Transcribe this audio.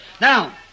Now